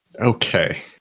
Okay